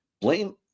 blame